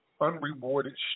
unrewarded